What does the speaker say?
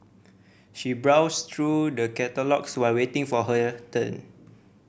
she browsed through the catalogues while waiting for her turn